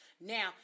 Now